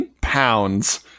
pounds